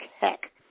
heck